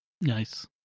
Nice